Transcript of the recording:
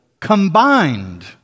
combined